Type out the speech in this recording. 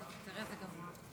כנסת נכבדה,